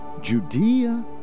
Judea